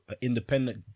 independent